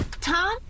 Tom